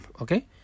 okay